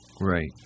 Right